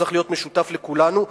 צריך להיות משותף לכולנו.